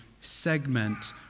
segment